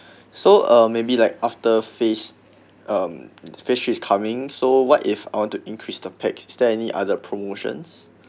so uh maybe like after phase um phase three is coming so what if I want to increase the pax is there any other promotions